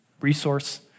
resource